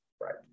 right